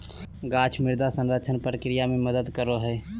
गाछ मृदा संरक्षण प्रक्रिया मे मदद करो हय